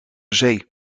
zee